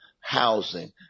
Housing